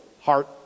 heart